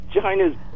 China's